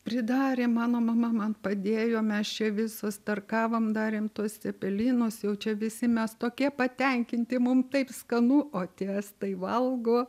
pridarėm mano mama man padėjo mes čia visos tarkavom darėm tuos cepelinus jau čia visi mes tokie patenkinti mum taip skanu o tie estai valgo